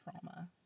trauma